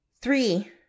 Three